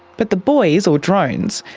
but the boys or drones,